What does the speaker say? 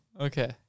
Okay